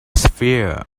sphere